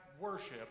worship